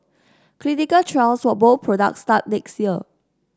clinical trials for both products start next year